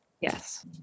yes